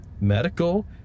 Medical